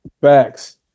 Facts